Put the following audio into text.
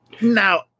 Now